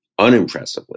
unimpressively